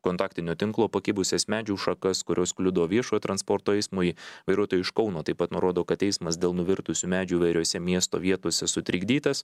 kontaktinio tinklo pakibusias medžių šakas kurios kliudo viešojo transporto eismui vairuotojai iš kauno taip pat nurodo kad eismas dėl nuvirtusių medžių įvairiose miesto vietose sutrikdytas